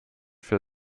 für